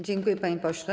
Dziękuję, panie pośle.